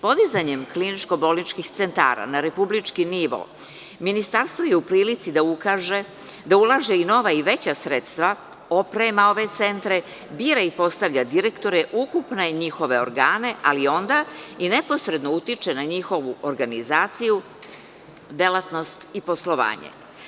Podizanjem kliničko-bolničkih centara na republički nivo, Ministarstvo je u prilici da ulaže i nova i veća sredstva, oprema ove centre, bira i postavlja direktore ukupne i njihove organe, ali onda i neposredno utiče na njihovu organizaciju, delatnost i poslovanje.